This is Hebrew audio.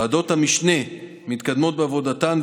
ועדות המשנה מתקדמות בעבודתן,